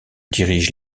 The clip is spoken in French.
dirigent